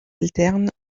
alternes